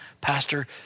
Pastor